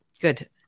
good